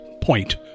point